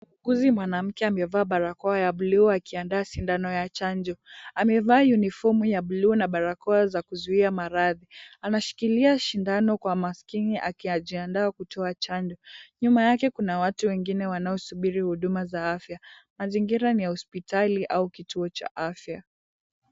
Muuguzi mwanamke amevaa barakoa ya bluu akiandaa sindano ya chanjo. Amevaa [cs[uniformu ya bluu na barakoa za kuzuia maradhi. Anashikilia shindano kwa makini akiajiandaa kutoa chanjo. Nyuma yake kuna watu wengine wanaosubiri huduma za afya. Mazingira ni ya hospitali au kituo cha afya.